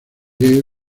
yale